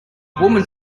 woman